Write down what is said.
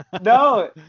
no